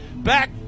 Back